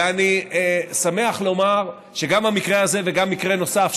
ואני שמח לומר שגם במקרה הזה וגם במקרה נוסף,